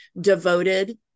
devoted